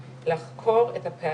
אבל לנוכח מה שאני אומרת כאן,